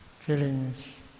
Feelings